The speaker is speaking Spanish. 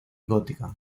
gótica